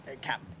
Cap